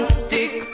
stick